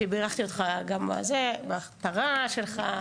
שבירכתי בהכתרה שלך.